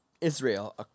Israel